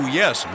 yes